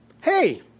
Hey